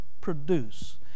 produce